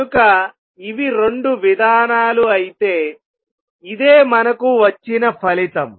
కనుక ఇవి రెండు విధానాలు అయితే ఇదే మనకు వచ్చిన ఫలితం